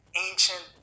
ancient